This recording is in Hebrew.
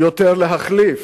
יותר להחליף,